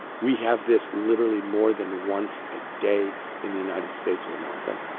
we have this literally more than once a day in the united states of america.